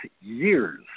years